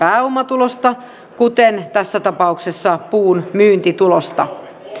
pääomatulosta kuten tässä tapauksessa puun myyntitulosta